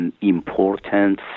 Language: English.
important